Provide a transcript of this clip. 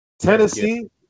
Tennessee